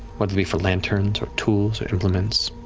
what would be for lanterns or tools or implements,